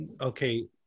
okay